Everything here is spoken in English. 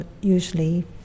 usually